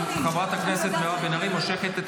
חברת הכנסת מירב בן ארי מושכת את